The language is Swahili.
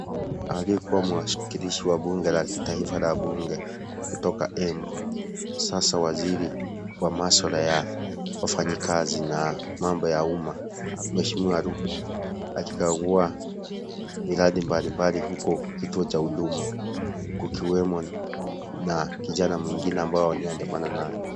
Aliyekua mwakilishi wa bunge la kitaifa la bunge, kutoka Embu, sasa waziri wa maswala ya wafanyikazi na mambo ya umma. Mheshimiwa Ruku akikagua miradi mbali mbali huko kituo cha Huduma, kukiwemo na kijana mwingine ambao aliyeadamana naye.